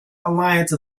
alliance